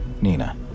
Nina